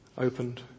opened